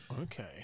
Okay